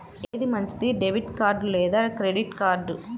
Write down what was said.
ఏది మంచిది, debit card లేదా క్రెడిట్ కార్డ్?